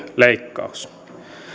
leikkaus